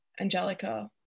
Angelica